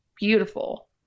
beautiful